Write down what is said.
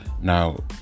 now